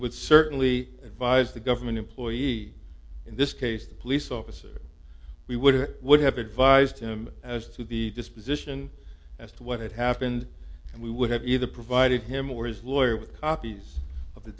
would certainly advise the government employee in this case the police officer we would it would have advised him as to the disposition as to what had happened and we would have either provided him or his lawyer with copies of the